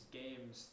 games